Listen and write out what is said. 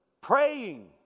praying